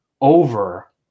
over